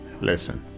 Listen